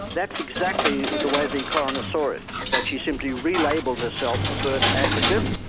that's exactly the way the coroner saw it, that she simply relabelled herself a birth advocate,